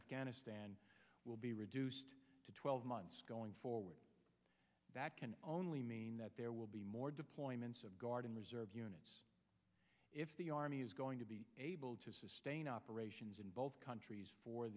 afghanistan will be reduced to twelve months going forward that can only mean that there will be more deployments of guard and reserve units if the army is going to be able to sustain operations in both countries for